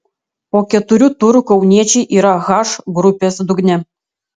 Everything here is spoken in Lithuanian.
po keturių turų kauniečiai yra h grupės dugne